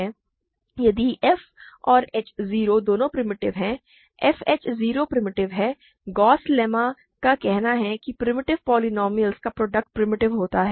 यदि f और h 0 दोनों प्रिमिटिव हैं f h 0 प्रिमिटिव है गॉस लेम्मा का कहना है कि प्रिमिटिव पोलीनोमिअलस का प्रोडक्ट प्रिमिटिव होता है